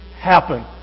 happen